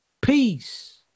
Peace